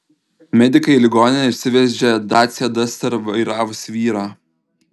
medikai į ligoninę išsivežė dacia duster vairavusį vyrą